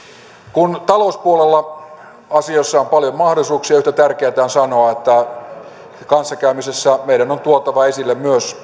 kun talouspuolella asioissa on paljon mahdollisuuksia yhtä tärkeätä on sanoa että kanssakäymisessä meidän on tuotava esille myös